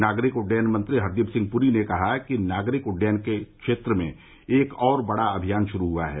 नागरिक उड्डयन मंत्री हरदीप सिंह पुरी ने कहा है कि नागरिक उड्डयन क्षेत्र में एक और बड़ा अभियान शुरू हुआ है